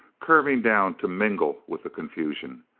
curving down to mingle with the confusion.